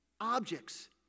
objects